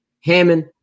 Hammond